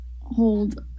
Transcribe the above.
hold